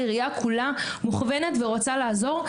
העירייה כולה מוכוונת ורוצה לעזור,